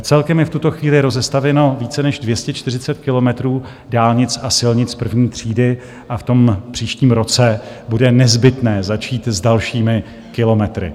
Celkem je v tuto chvíli rozestavěno více než 240 kilometrů dálnic a silnic I. třídy a v příštím roce bude nezbytné začít s dalšími kilometry.